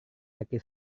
laki